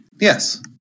Yes